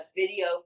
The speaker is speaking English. video